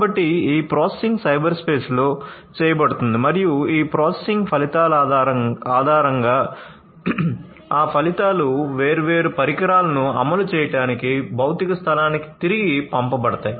కాబట్టి ఈ ప్రాసెసింగ్ సైబర్స్పేస్లో చేయబడుతుంది మరియు ఈ ప్రాసెసింగ్ ఫలితాల ఆధారంగా ఆ ఫలితాలు వేర్వేరు పరికరాలను అమలు చేయడానికి భౌతిక స్థలానికి తిరిగి పంపబడతాయి